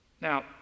Now